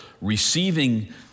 receiving